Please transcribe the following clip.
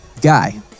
Guy